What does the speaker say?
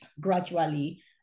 gradually